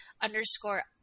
underscore